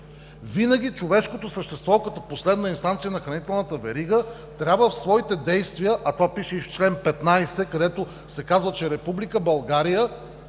Винаги човешкото същество като последна инстанция в хранителната верига трябва в своите действия, а това пише и в чл. 15, където се казва, че Република България